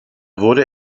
wurde